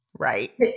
right